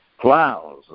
plows